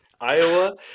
Iowa